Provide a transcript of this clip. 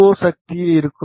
ஓ சக்தியில் இருக்கும்